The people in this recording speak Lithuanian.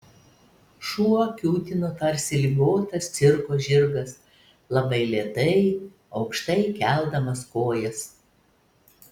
šuo kiūtino tarsi ligotas cirko žirgas labai lėtai aukštai keldamas kojas